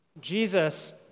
Jesus